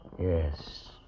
Yes